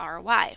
ROI